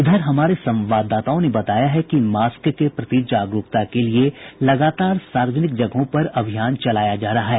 इधर हमारे संवाददाताओं ने बताया है कि मास्क के प्रति जागरूकता के लिये लगातर सार्वजनिक जगहों पर अभियान चलाया जा रहा है